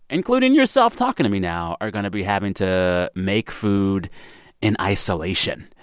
including yourself talking to me now, are going to be having to make food in isolation.